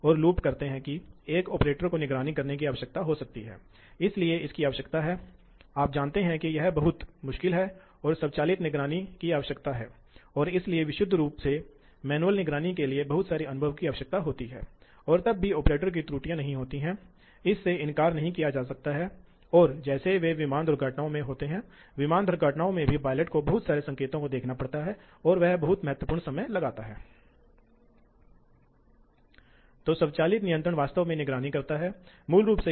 विभिन्न प्रकार के आप जानते हैं कि थ्रेड कटिंग संभव है और फिर किस तरह के पीएलसी का उपयोग किया जाता है कैसे पीएलसी ड्राइव कंट्रोलर और आई ओ की संख्या के साथ बातचीत करना चाहता है जिसे आप संभाल सकते हैं आप इसे देख सकते हैं आमतौर पर हम देखेंगे कि पीएलसी को ड्राइव के लिए ड्राइव के लिए उपयोग नहीं किया जाना है इसलिए करीबी नमूना और नियंत्रण की आवश्यकता होती है और कभी कभी गणना भी शामिल होती है इसलिए इन स्थितियों के तहत यह वास्तव में उपयोगी नहीं होगा इसलिए सही